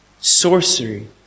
sorcery